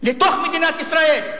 לתוך מדינת ישראל.